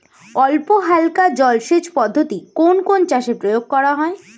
অল্পহালকা জলসেচ পদ্ধতি কোন কোন চাষে প্রয়োগ করা হয়?